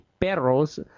perros